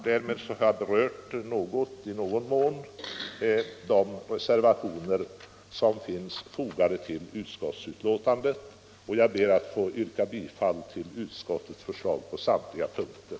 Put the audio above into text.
Därmed har jag i någon mån berört de reservationer som finns fogade vid betänkandet, och jag ber att få yrka bifall till utskottets hemställan på samtliga punkter.